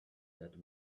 that